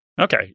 Okay